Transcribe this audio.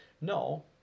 No